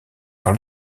par